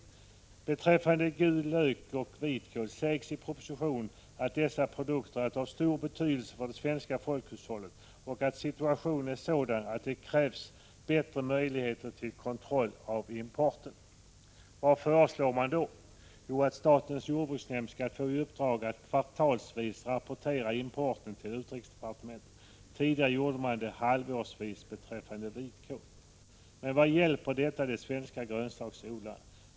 Beträffande gul lök och vitkål sägs i propositionen att dessa produkter är av stor betydelse för det svenska folkhushållet och att situationen är sådan att det krävs bättre möjligheter till kontroll av importen. Men vad föreslår man? Jo, att statens jordbruksnämnd skall få i uppdrag att kvartalsvis rapportera importen till utrikesdepartementet. Tidigare gjorde man detta halvårsvis beträffande vitkål. Men vad hjälper detta de svenska grönsaksodlarna?